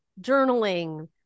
journaling